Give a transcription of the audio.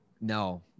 No